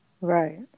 Right